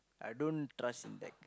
I don't trust in that